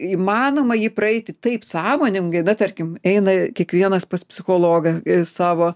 įmanoma jį praeiti taip sąmoningai na tarkim eina kiekvienas pas psichologą savo